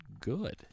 good